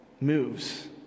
moves